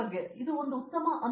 ಆದ್ದರಿಂದ ಇದು ಒಂದು ಉತ್ತಮ ಅನುಭವ